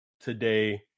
today